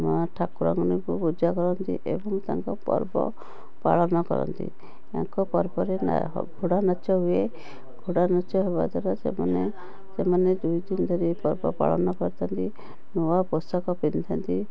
ମା' ଠାକୁରମାନଙ୍କୁ ପୂଜା କରନ୍ତି ଏବଂ ତାଙ୍କ ପର୍ବ ପାଳନ କରନ୍ତି ୟାଙ୍କ ପର୍ବରେ ନା ଘୋଡ଼ା ନାଚ ହୁଏ ଘୋଡ଼ା ନାଚ ହେବା ଦ୍ଵାରା ସେମାନେ ସେମାନେ ଦୁଇଦିନ ଧରି ଏ ପର୍ବପାଳନ କରିଥାନ୍ତି ନୂଆ ପୋଷାକ ପିନ୍ଧିଥାନ୍ତି